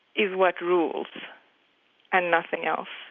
is what rules and nothing else.